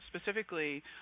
specifically